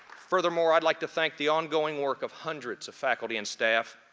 furthermore, i'd like to thank the ongoing work of hundreds of faculty and staff.